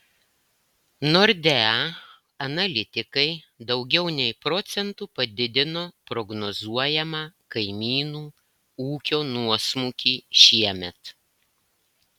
nordea analitikai daugiau nei procentu padidino prognozuojamą kaimynų ūkio nuosmukį šiemet